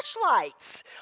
flashlights